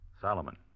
Solomon